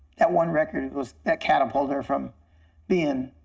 that one record was that catapulted her from being